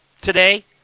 today